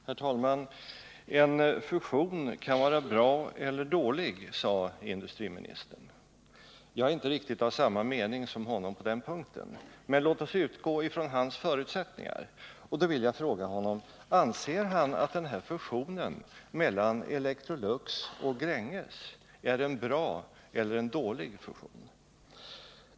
Herr talman! En fusion kan vara bra eller dålig, sade industriministern. Jag är inte riktigt av samma uppfattning som han på den punkten, men låt oss utgå från industriministerns förutsättningar. Då vill jag fråga honom: Anser industriministern att denna fusion mellan Electrolux och Grängesberg är en bra eller en dålig fusion?